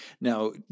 Now